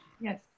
Yes